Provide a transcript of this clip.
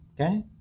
Okay